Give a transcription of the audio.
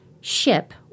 ship